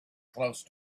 close